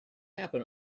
happen